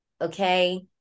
okay